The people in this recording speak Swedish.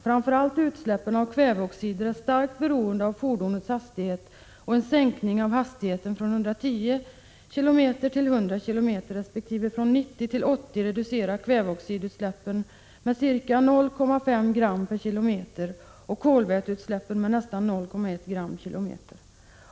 Framför allt utsläppen av kväveoxider är starkt beroende av fordonets hastighet och en sänkning av hastigheten från 110 km h resp. från 90 km h reducerar kväveoxidutsläppet med ca 0,5 g km.